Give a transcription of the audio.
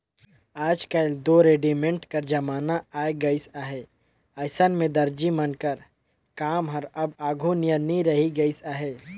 आएज काएल दो रेडीमेड कर जमाना आए गइस अहे अइसन में दरजी मन कर काम हर अब आघु नियर नी रहि गइस अहे